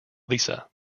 lisa